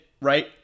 right